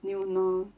new norm